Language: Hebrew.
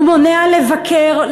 הוא מונע לבקר,